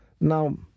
Now